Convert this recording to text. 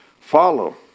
Follow